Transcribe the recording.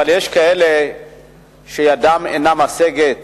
יש כאלה שידם אינה משגת